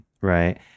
right